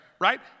right